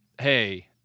Hey